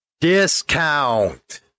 Discount